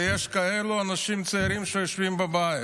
ויש כאלה אנשים צעירים שיושבים בבית.